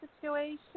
situation